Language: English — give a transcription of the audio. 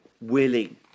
willing